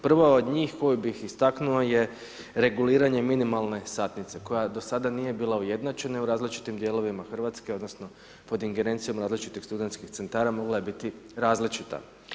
Prva od njih koju bi istaknuo je reguliranje minimalne satnice koja do sada nije bila ujednačena u različitim dijelovima Hrvatske odnosno pod ingerencijom različitih studentskih centara mogla je biti različita.